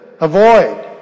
avoid